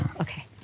okay